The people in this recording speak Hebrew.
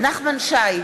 נחמן שי,